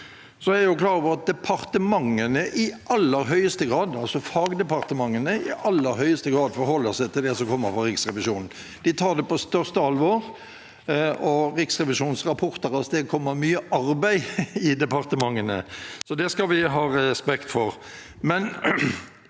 Jeg er klar over at fagdepartementene i aller høyeste grad forholder seg til det som kommer fra Riksrevisjonen. De tar det på største alvor. Riksrevisjonens rapporter avstedkommer mye arbeid i departementene, og det skal vi ha respekt for,